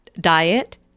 diet